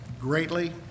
greatly